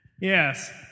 yes